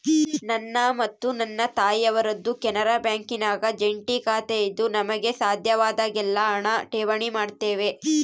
ನನ್ನ ಮತ್ತು ನನ್ನ ತಾಯಿಯವರದ್ದು ಕೆನರಾ ಬ್ಯಾಂಕಿನಾಗ ಜಂಟಿ ಖಾತೆಯಿದ್ದು ನಮಗೆ ಸಾಧ್ಯವಾದಾಗೆಲ್ಲ ಹಣ ಠೇವಣಿ ಮಾಡುತ್ತೇವೆ